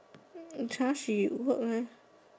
then in class she work meh